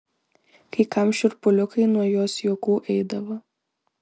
kai kam šiurpuliukai nuo jos juokų eidavo